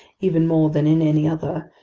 even more than in any other,